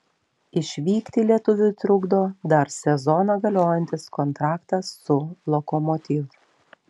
išvykti lietuviui trukdo dar sezoną galiojantis kontraktas su lokomotiv